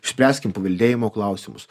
išspręskim paveldėjimo klausimus